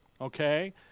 okay